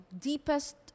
deepest